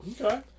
Okay